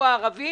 הערבי